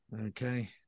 Okay